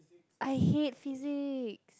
I hate physics